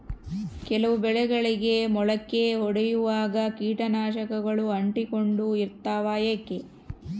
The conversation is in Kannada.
ಕೆಲವು ಬೆಳೆಗಳಿಗೆ ಮೊಳಕೆ ಒಡಿಯುವಾಗ ಕೇಟನಾಶಕಗಳು ಅಂಟಿಕೊಂಡು ಇರ್ತವ ಯಾಕೆ?